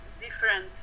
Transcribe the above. different